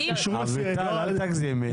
אביטל, אל תגזימי.